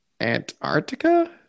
Antarctica